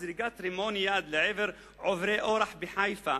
זריקת רימון יד לעבר עוברי אורח בחיפה,